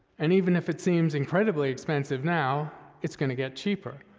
and even if it seems incredibly expensive now, it's gonna get cheaper.